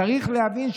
'צריך להבין,